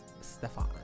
Stefan